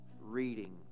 Reading